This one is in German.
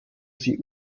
sie